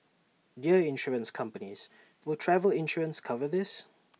Dear Insurance companies will travel insurance cover this